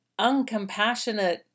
Uncompassionate